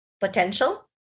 potential